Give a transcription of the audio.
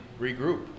regroup